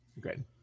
Good